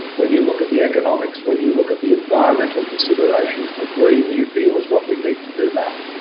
whether you look at the economics, whether you look at the environmental considerations, a green new deal is what we need to do now.